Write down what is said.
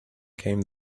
came